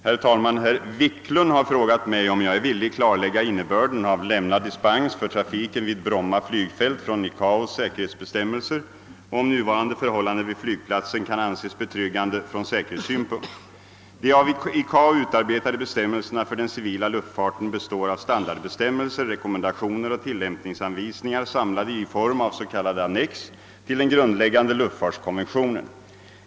Herr talman! Herr Wiklund har frågat mig, om jag är villig klarlägga innebörden av lämnad dispens för trafiken vid Bromma flygfält från ICAO:s säkerhetsbestämmelser och om nuvarande förhållanden vid flygplatsen kan anses betryggande från säkerhetssynpunkt. De av ICAO utarbetade bestämmelserna för den civila luftfarten består av standardbestämmelser, rekommendationer och tillämpningsanvisningar samlade i form av s.k. annex till den grundläggande luftfartskonventionen.